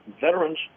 veterans